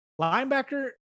linebacker